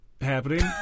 happening